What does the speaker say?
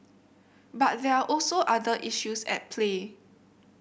but there are also other issues at play